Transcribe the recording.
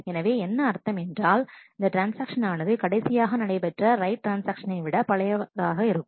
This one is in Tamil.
எனவே என்ன அர்த்தம் என்றால் இந்த ட்ரான்ஸ்ஆக்ஷன் ஆனது கடைசியாக நடைபெற்ற ரைட் ட்ரான்ஸ்ஆக்ஷனை விட பழமையானதாக இருக்கும்